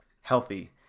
healthy